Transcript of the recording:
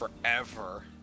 forever